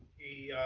he